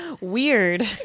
weird